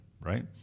Right